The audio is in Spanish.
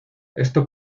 esto